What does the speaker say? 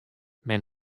men